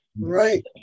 Right